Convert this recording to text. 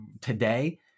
today